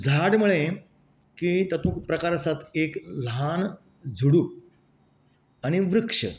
झाड म्हळें की तातूंत प्रकार आसात एक ल्हान झुडूप आनी वृक्ष